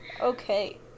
okay